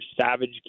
savage